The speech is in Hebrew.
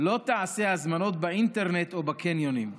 לא תעשה הזמנות באינטרנט או בקניונים.